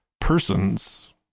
persons